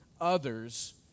others